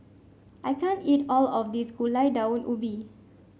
I can't eat all of this Gulai Daun Ubi